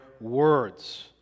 words